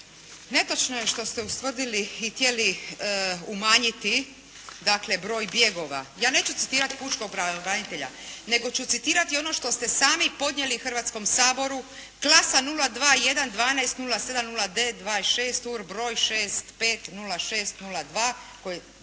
Netočno je što ste ustvrdili i htjeli umanjiti dakle broj bjegova. Ja neću citirati pučkog pravobranitelja nego ću citirati ono što ste sami podnijeli Hrvatskom saboru klasa: 021-12/07-09/26, Urbroj: 650602 koji ste